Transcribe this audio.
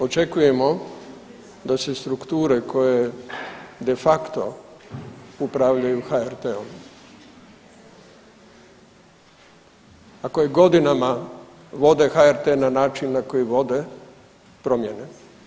Očekujemo da će strukture koje de facto upravljaju HRT-om, a koje godinama vode HRT na način na koji vode promijene.